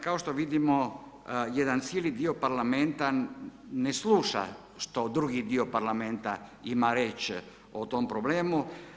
Kao što vidimo jedan cijeli dio Parlamenta ne sluša što drugi dio Parlamenta ima reći o tom problemu.